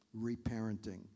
reparenting